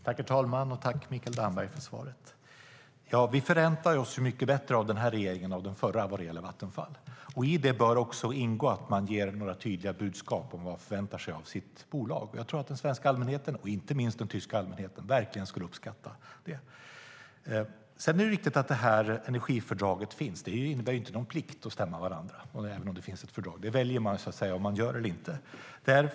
Herr talman! Jag tackar Mikael Damberg för svaret. Vi förväntar oss mycket mer av den här regeringen än av den förra vad gäller Vattenfall, och i det bör också ingå att man ger tydliga budskap om vad man förväntar sig av sitt bolag. Jag tror att den svenska allmänheten, och inte minst den tyska allmänheten, verkligen skulle uppskatta det. Det är riktigt att energifördraget finns. Det innebär dock ingen plikt att stämma varandra även om det finns ett fördrag, utan det väljer man om man gör eller inte.